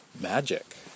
magic